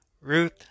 Ruth